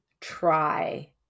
try